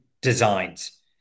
designs